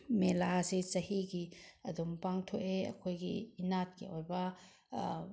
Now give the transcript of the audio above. ꯃꯦꯂꯥꯁꯦ ꯆꯍꯤꯒꯤ ꯑꯗꯨꯝ ꯄꯥꯡꯊꯣꯛꯑꯦ ꯑꯩꯈꯣꯏꯒꯤ ꯏꯅꯥꯠꯀꯤ ꯑꯣꯏꯕ